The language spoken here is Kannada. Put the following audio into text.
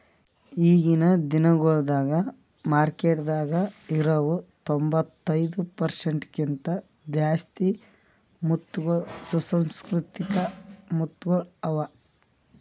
ಈಗಿನ್ ದಿನಗೊಳ್ದಾಗ್ ಮಾರ್ಕೆಟದಾಗ್ ಇರವು ತೊಂಬತ್ತೈದು ಪರ್ಸೆಂಟ್ ಕಿಂತ ಜಾಸ್ತಿ ಮುತ್ತಗೊಳ್ ಸುಸಂಸ್ಕೃತಿಕ ಮುತ್ತಗೊಳ್ ಅವಾ